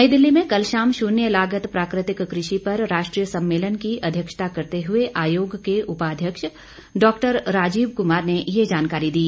नई दिल्ली में कल शाम शून्य लागत प्राकृतिक कृषि पर राष्ट्रीय सम्मेलन की अध्यक्षता करते हुए आयोग के उपाध्यक्ष डॉक्टर राजीव कुमार ने ये जानकारी दी